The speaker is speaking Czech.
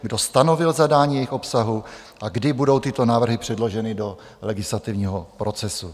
Kdo stanovil zadání jejich obsahu a kdy budou tyto návrhy předloženy do legislativního procesu?